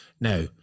Now